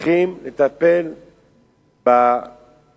צריכים לטפל בעיקר,